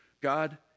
God